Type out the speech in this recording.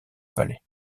palais